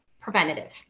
preventative